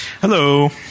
Hello